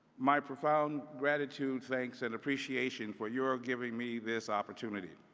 my profound gratitude, thanks, and appreciation for you ah giving me this opportunity.